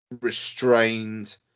restrained